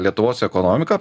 lietuvos ekonomiką